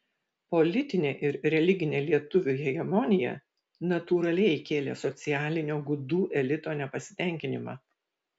politinė ir religinė lietuvių hegemonija natūraliai kėlė socialinio gudų elito nepasitenkinimą